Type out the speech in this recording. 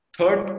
Third